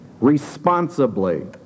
responsibly